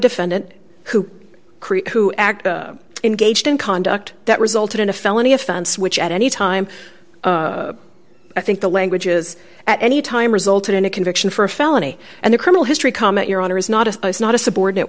defendant who create who act engaged in conduct that resulted in a felony offense which at any time i think the language is at any time resulted in a conviction for a felony and the criminal history comment your honor is not a it's not a subordinate